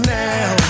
now